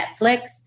Netflix